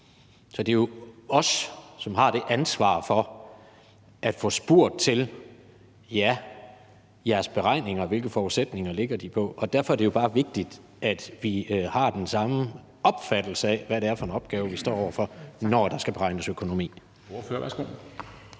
så det er os, der har ansvaret for at få spurgt til beregningerne, og hvilke forudsætninger de hviler på. Derfor er det jo bare vigtigt, at vi har den samme opfattelse af, hvad det er for en opgave, vi står over for, når der skal beregnes økonomi.